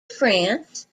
france